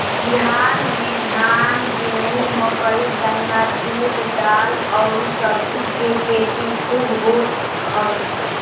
बिहार में धान, गेंहू, मकई, गन्ना, जुट, दाल अउरी सब्जी के खेती खूब होत हवे